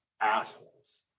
assholes